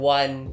one